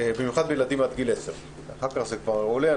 במיוחד בקרב ילדים עד גיל 10. אחר כך זה כבר עולה.